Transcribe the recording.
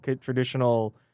traditional